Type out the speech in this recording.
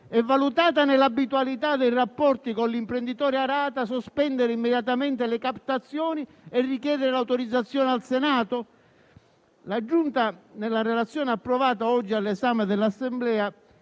e, valutata nell'abitualità dei rapporti con l'imprenditore Arata, sospendere immediatamente le captazioni e richiedere l'autorizzazione al Senato? La Giunta, nella relazione approvata e oggi all'esame dell'Assemblea,